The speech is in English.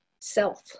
self